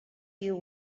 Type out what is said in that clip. you